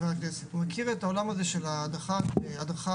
הוא מכיר את העולם הזה של הדרכת ספורט.